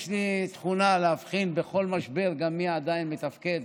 יש לי תכונה להבחין בכל משבר מי עדיין מתפקד